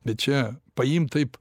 bet čia paimt taip